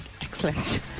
excellent